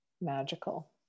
magical